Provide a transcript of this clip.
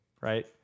right